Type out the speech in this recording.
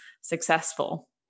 successful